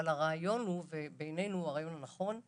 אבל הרעיון שהוא, בעינינו, נכון הוא